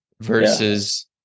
versus